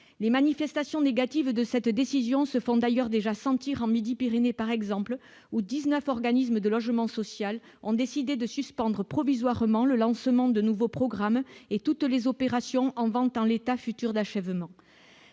les manifestations négatives de cette décision se font d'ailleurs déjà sentir en Midi-Pyrénées par exemple, ou 19 organismes de logement social, ont décidé de suspendre provisoirement le lancement de nouveaux programmes et toutes les opérations en vente en l'état futur d'achèvement,